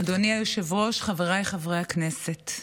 אדוני היושב-ראש, חבריי חברי הכנסת,